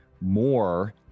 more